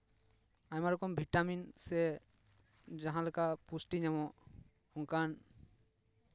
ᱟᱭᱢᱟ ᱨᱚᱠᱚᱢ ᱵᱷᱤᱴᱟᱢᱤᱱ ᱥᱮ ᱡᱟᱦᱟᱸ ᱞᱮᱠᱟ ᱯᱩᱥᱴᱤ ᱧᱟᱢᱚᱜ ᱚᱱᱠᱟᱱ